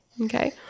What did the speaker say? Okay